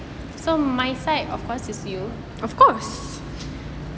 of course